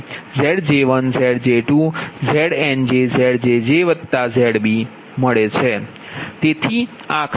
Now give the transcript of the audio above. તેથી આ ખરેખર તમારું ZBUSNEW છે